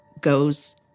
goes